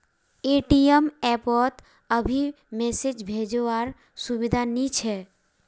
ATM app पोत अभी message भेजो वार सुविधा नी छे